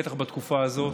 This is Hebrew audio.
בטח בתקופה הזאת,